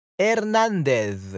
Hernández